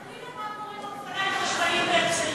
תספרי לה מה קורה עם האופניים החשמליים בהרצליה.